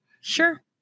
Sure